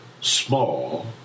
small